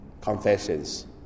confessions